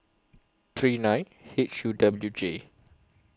three nine H U W J